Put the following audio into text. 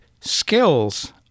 skills